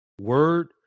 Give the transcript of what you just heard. word